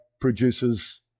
produces